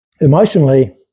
emotionally